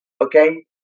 Okay